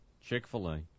Chick-fil-A